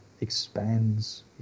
expands